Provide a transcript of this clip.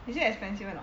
is it expensive or not